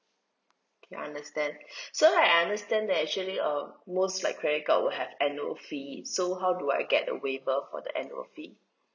ya understand so I understand that actually um most like credit card will have annual fee so how do I get a waiver for the annual fee